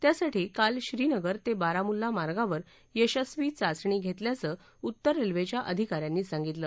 त्यासाठी काल श्रीनगर ते बारामुल्ला मार्गावर यशस्वी चाचणी घेतल्याचं उत्तर रेल्वेच्या अधिकाऱ्यांनी सांगितलं